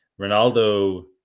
Ronaldo